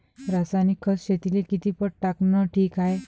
रासायनिक खत शेतीले किती पट टाकनं ठीक हाये?